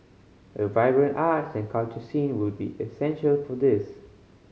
a vibrant arts and culture scene will be essential for this